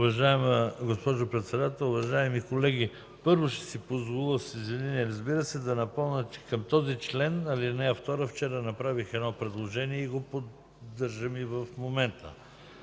Уважаема госпожо Председател, уважаеми колеги! Първо, ще си позволя, с извинение разбира се, да напомня, че към този член, ал. 2 вчера направих предложение и го поддържам и в момента.